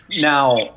Now